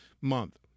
month